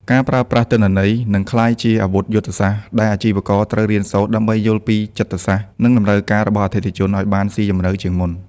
ការប្រើប្រាស់ទិន្នន័យ នឹងក្លាយជាអាវុធយុទ្ធសាស្ត្រ ដែលអាជីវករត្រូវរៀនសូត្រដើម្បីយល់ពីចិត្តសាស្ត្រ និងតម្រូវការរបស់អតិថិជនឱ្យបានស៊ីជម្រៅជាងមុន។